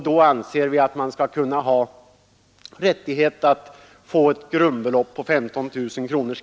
Då anser vi att det är berättigat med ett skattefritt grundbelopp på 15 000 kronor.